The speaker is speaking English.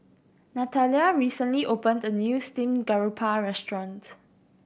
Natalya recently opened a new steamed garoupa restaurant